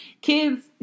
Kids